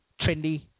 trendy